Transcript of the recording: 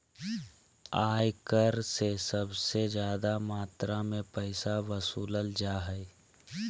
आय कर से सबसे ज्यादा मात्रा में पैसा वसूलल जा हइ